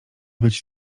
być